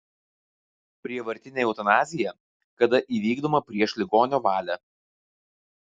prievartinė eutanazija kada įvykdoma prieš ligonio valią